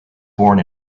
born